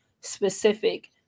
specific